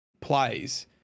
plays